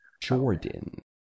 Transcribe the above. Jordan